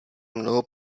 mnoho